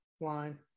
line